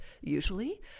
Usually